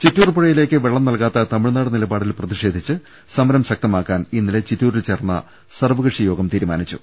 ചിറ്റൂർ പുഴയിലേക്ക് വെള്ളം നൽകാത്ത തമിഴ് നാട് നിലപാടിൽ പ്രതിഷേധിച്ച് സമരം ശക്തമാക്കാൻ ഇന്നലെ ചിറ്റൂരിൽ ചേർന്ന സർവകക്ഷി യോഗം തീരുമാനിച്ചു